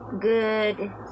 Good